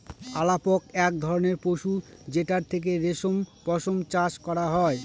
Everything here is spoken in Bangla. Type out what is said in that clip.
আলাপক এক ধরনের পশু যেটার থেকে রেশম পশম চাষ করা হয়